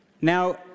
Now